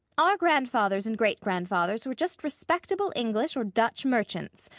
our grandfathers and great-grandfathers were just respectable english or dutch merchants,